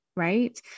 Right